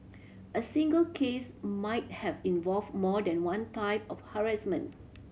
a single case might have involved more than one type of harassment